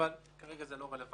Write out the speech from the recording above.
אבל כרגע זה לא רלוונטי.